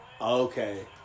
Okay